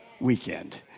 weekend